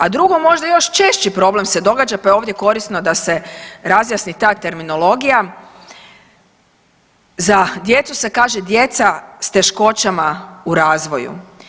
A drugo možda još češći problem se događa pa je ovdje korisno da se razjasni ta terminologija, za djecu se kaže djeca s teškoćama u razvoju.